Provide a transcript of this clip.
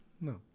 No